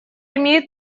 имеет